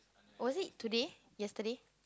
was it today yesterday